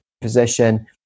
position